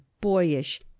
boyish